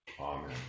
Amen